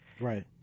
Right